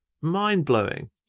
mind-blowing